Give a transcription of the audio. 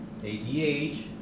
ADH